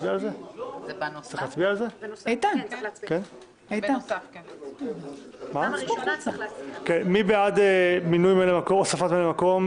הצבעה בעד רוב נגד אין נמנעים אין מי בעד הוספת ממלאי מקום?